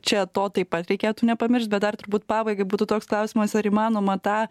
čia to taip pat reikėtų nepamiršt bet dar turbūt pabaigai būtų toks klausimas ar įmanoma tą